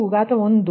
5 1